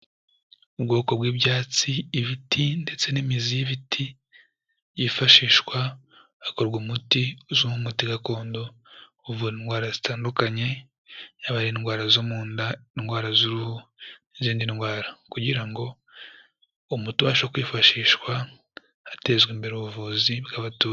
Ubwoko bw'ibyatsi, ibiti ndetse n'imizi y'ibiti, byifashishwa hakorwa umuti, uzwi nk'umuti gakondo uvu ndwara zitandukanye, yaba ari indwara zo mu nda, indwara z'uruhu n'izindi ndwara kugira ngo umuti ubashe kwifashishwa hatezwa imbere ubuvuzi bw'abatu...